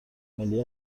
ملی